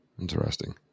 Interesting